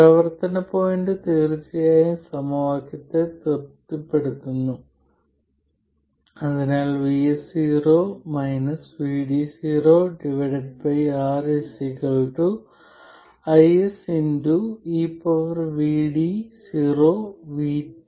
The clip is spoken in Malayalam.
പ്രവർത്തന പോയിന്റ് തീർച്ചയായും സമവാക്യത്തെ തൃപ്തിപ്പെടുത്തുന്നു അതിനാൽ R IS